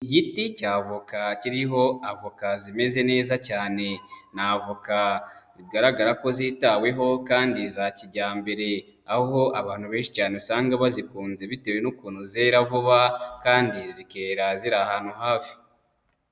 Igiti cya voka kiriho avoka zimeze neza cyane, ni avoka zigaragara ko zitaweho kandi za kijyambere aho abantu benshi cyane usanga bazikunze bitewe n'ukuntu zera vuba kandi zikera ziri ahantu hafi.